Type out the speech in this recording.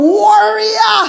warrior